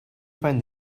find